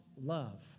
love